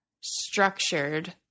structured